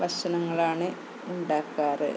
ഭക്ഷണങ്ങളാണ് ഉണ്ടാക്കാറ്